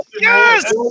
Yes